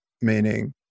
meaning